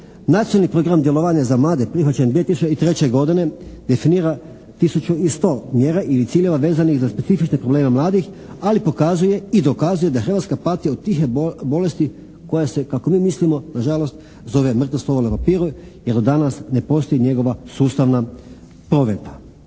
Nacionalni program djelovanja za mlade prihvaćen 2003. godine definira tisuću i sto mjera ili ciljeva vezanih za specifične probleme mladih ali pokazuje i dokazuje da Hrvatska pati od tihe bolesti koja se kako mi mislimo nažalost zove mrtvo slovo na papiru jer od danas ne postoji njegova sustavna provedba.